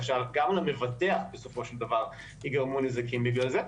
כך שגם למבטח בסופו של דבר יגרמו נזקים בגלל זה.